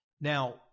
Now